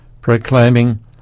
proclaiming